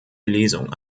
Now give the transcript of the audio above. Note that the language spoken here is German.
lesung